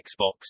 Xbox